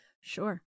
Sure